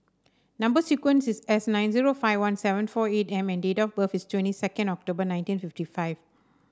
number sequence is S nine zero five one seven four eight M and date of birth is twenty second October nineteen fifty five